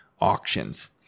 auctions